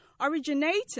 originating